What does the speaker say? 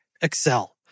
Excel